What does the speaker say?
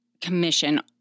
commission